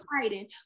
fighting